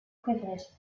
quivered